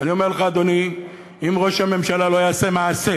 אני אומר לך, אדוני, אם ראש הממשלה לא יעשה מעשה,